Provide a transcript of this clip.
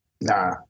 Nah